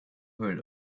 heard